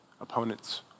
opponents